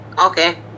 Okay